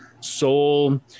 soul